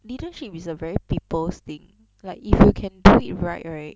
leadership is a very people's thing like if you can do it right right